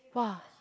!wah!